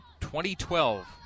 2012